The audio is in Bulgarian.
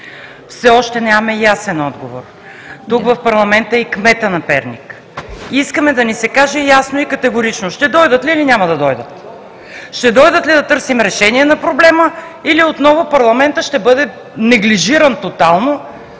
Все още нямаме ясен отговор. Тук в парламента е и кметът на Перник. Искаме да ни се каже ясно и категорично: ще дойдат ли, или няма да дойдат? Ще дойдат ли да търсим решение на проблема, или отново парламентът ще бъде неглижиран тотално